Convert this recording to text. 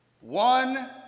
one